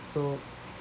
so